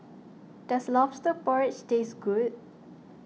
does Lobster Porridge taste good